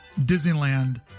disneyland